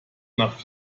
nach